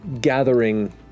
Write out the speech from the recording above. gathering